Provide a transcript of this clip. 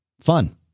Fun